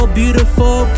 beautiful